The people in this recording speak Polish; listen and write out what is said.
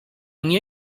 nie